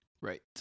Right